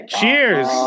Cheers